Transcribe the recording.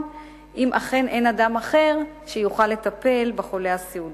אם אכן אין אדם אחר שיוכל לטפל בחולה הסיעודי.